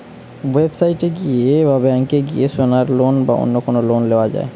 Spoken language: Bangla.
ওয়েবসাইট এ গিয়ে বা ব্যাংকে গিয়ে সোনার লোন বা অন্য লোন নেওয়া যায়